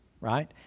right